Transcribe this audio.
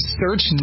search